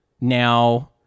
Now